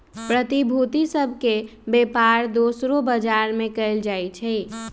प्रतिभूति सभ के बेपार दोसरो बजार में कएल जाइ छइ